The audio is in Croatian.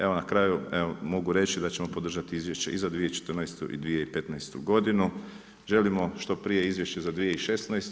Evo na kraju, mogu reći da ćemo podržati izvješće i za 2014. i 2015. g. Želimo što prije izvješće za 2016.